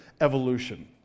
evolution